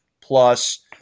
plus